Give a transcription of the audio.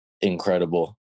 incredible